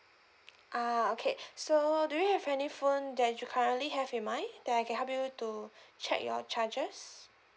ah okay so do you have any phone that you currently have in mind that I can help you to check your charges